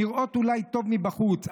נראות אולי טוב מבחוץ,